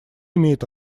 имеет